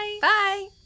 Bye